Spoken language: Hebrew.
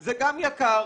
זה גם יקר,